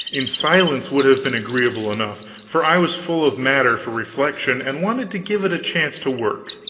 in silence, would have been agreeable enough, for i was full of matter for reflection, and wanted to give it a chance to work.